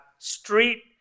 Street